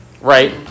right